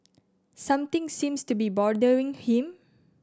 something seems to be bothering him